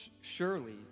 Surely